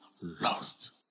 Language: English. lost